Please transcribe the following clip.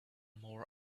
more